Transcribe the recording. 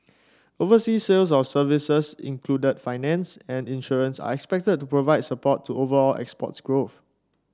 overseas sales of services include finance and insurance are expected to provide support to overall exports growth